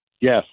Yes